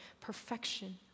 perfection